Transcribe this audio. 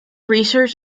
research